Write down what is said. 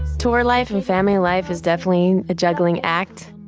tour life and family life is definitely a juggling act.